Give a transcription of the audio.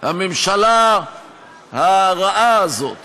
הממשלה הרעה הזאת